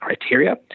criteria